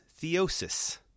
theosis